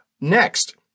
Next